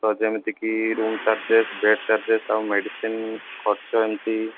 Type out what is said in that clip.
ତ ଯେମିତି କି ରୁମ୍ ଚାର୍ଜେସ୍ ବେଡ଼୍ ଚାର୍ଜେସ୍ ଆଉ ମେଡ଼ିସିନ୍ ଖର୍ଚ୍ଚ ଏମିତି